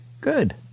Good